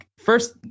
First